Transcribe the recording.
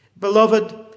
Beloved